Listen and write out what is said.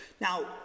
Now